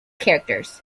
characters